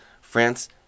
France